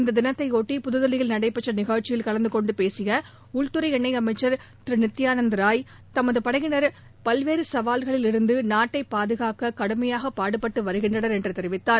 இந்த தினத்தையொட்டி புதுதில்லியில் நடைபெற்ற நிகழ்ச்சியில் கலந்து கொண்டு பேசிய உள்துறை இணையமைச்சர் திரு நித்தியானந்தராய் நமது படையிளர் பல்வேறு சவால்களில் இருந்து நாட்டை பாதுனக்க கடுமையாக பாடுபட்டு வருகின்றனர் என்று தெரிவித்தார்